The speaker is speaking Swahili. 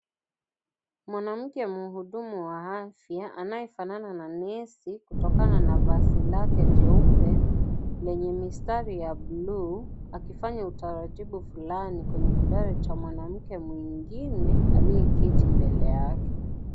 Mwanamke mhudumu wa afya anayefanana na nesi kutokana na vazi lake jeupe lenye mistari ya blue akifanya utaratibu fulani kwenye kidaro cha mwanamke mwingine aliyeketi mbele yake.